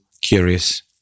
curious